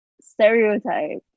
stereotype